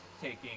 taking